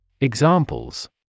Examples